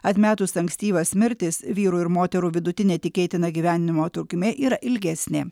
atmetus ankstyvas mirtis vyrų ir moterų vidutinė tikėtina gyvenimo trukmė yra ilgesnė